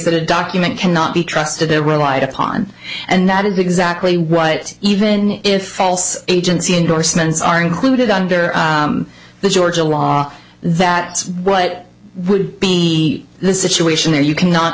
that a document cannot be trusted or relied upon and that is exactly what even if agency endorsements are included under the georgia law that what would be the situation there you cannot